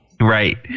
right